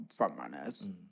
frontrunners